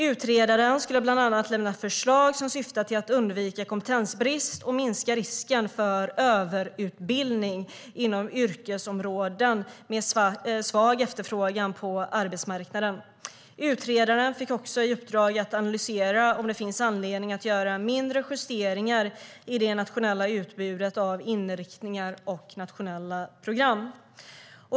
Utredaren skulle bland annat lämna förslag som syftar till att undvika kompetensbrist och minska risken för överutbildning inom yrkesområden med svag efterfrågan på arbetsmarknaden. Utredaren fick också i uppdrag att analysera om det finns anledning att göra mindre justeringar i det nationella utbudet av inriktningar och nationella program .